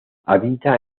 habita